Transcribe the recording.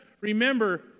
Remember